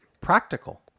practical